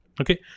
Okay